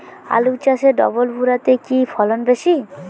আলু চাষে ডবল ভুরা তে কি ফলন বেশি?